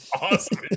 awesome